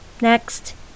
Next